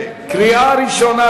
קריאה ראשונה,